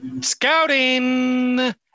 Scouting